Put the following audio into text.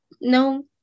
No